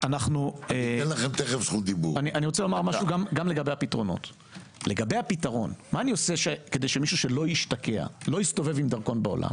אנו רואים גם לפי המגמות וגם לפי מה שגיל אמר,